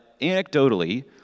anecdotally